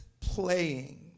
playing